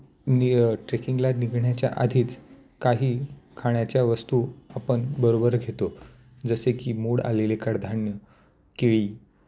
नि ट्रेकिंगला निघण्याच्या आधीच काही खाण्याच्या वस्तू आपण बरोबर घेतो जसे की मोड आलेले कडधान्य केळी